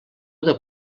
del